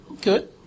Good